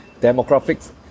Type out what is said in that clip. demographics